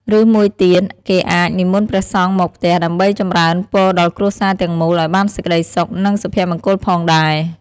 ឬមួយទៀតគេអាចនិមន្តព្រះសង្ឃមកផ្ទះ ដើម្បីចម្រើនពរដល់គ្រួសារទាំងមូលឱ្យបានសេចក្ដីសុខ និងសុភមង្គលផងដែរ។